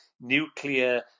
nuclear